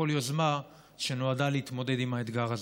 יוזמה שנועדה להתמודד עם האתגר הזה.